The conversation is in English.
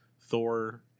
Thor